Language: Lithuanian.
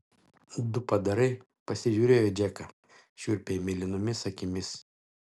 du padarai pasižiūrėjo į džeką šiurpiai mėlynomis akimis